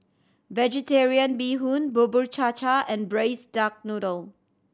Vegetarian Bee Hoon Bubur Cha Cha and Braised Duck Noodle